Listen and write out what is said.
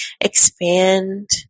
expand